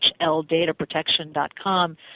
hldataprotection.com